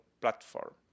platform